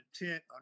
intent